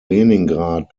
leningrad